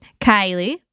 kylie